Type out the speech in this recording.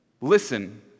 listen